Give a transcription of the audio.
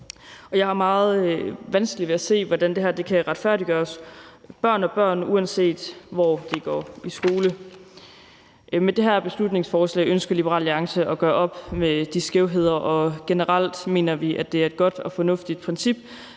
jeg har meget vanskeligt ved at se, hvordan det her kan retfærdiggøres. Børn er børn, uanset hvor de går i skole. Med det her beslutningsforslag ønsker Liberal Alliance at gøre op med de skævheder, og generelt mener vi, at det er et godt og fornuftigt princip,